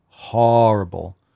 horrible